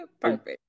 Perfect